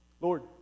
Lord